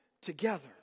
together